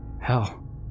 Hell